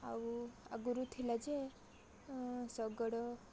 ଆଉ ଆଗରୁ ଥିଲା ଯେ ଶଗଡ଼